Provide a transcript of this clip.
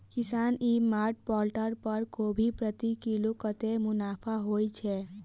किसान e mart portal पर कोबी प्रति किलो कतै मुनाफा होइ छै?